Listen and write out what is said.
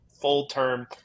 full-term